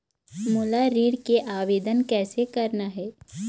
मोला ऋण के आवेदन कैसे करना हे?